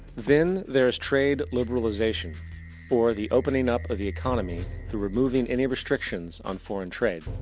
then there is trade liberalization or the opening up of the economy through removing any restrictions on foreign trade.